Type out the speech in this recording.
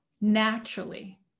Naturally